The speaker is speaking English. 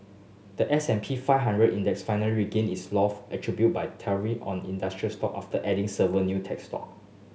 the S and P five hundred Index finally regained its attributed by tariff on industrial stock after adding several new tech stock